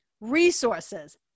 resources